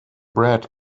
brad